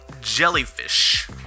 Jellyfish